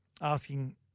asking